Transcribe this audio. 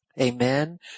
Amen